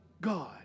God